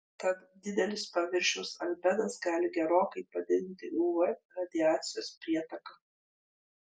tad didelis paviršiaus albedas gali gerokai padidinti uv radiacijos prietaką